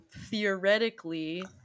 theoretically